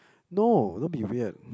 no don't be weird